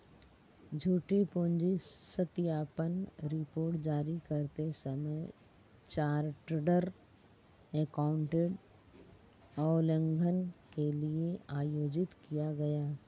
झूठी पूंजी सत्यापन रिपोर्ट जारी करते समय चार्टर्ड एकाउंटेंट उल्लंघन के लिए आयोजित किया गया